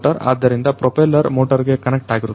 ಆದ್ದರಿಂದ propeller motor ಗೆ connect ಆಗಿರುತ್ತದೆ